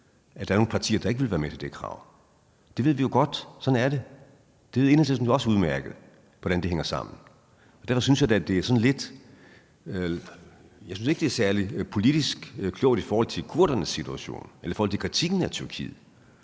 at der er nogle partier, der ikke vil være med til det krav? Vi ved jo godt, hvordan det er. Enhedslisten ved også udmærket godt, hvordan det hænger sammen. Derfor synes jeg ikke, det er særlig politisk klogt i forhold til kurdernes situation eller i forhold til kritikken af Tyrkiet,